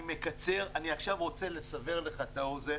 אני רוצה לסבר לך את האוזן